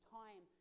time